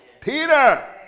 Peter